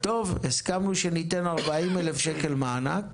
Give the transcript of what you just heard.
הסכמנו שניתן 40,000 ₪ מענק,